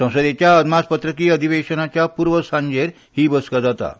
संसदेच्या अदमासपत्रकी अधिवेशनाच्या प्र्व सांजेर हि बसका जाता